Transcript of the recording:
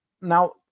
now